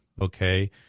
okay